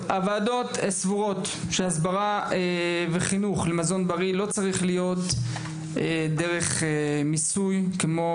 הוועדות סבורות שהסברה וחינוך למזון בריא לא צריך להיות דרך מיסוי כמו,